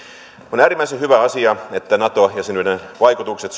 on äärimmäisen hyvä asia että nato jäsenyyden vaikutukset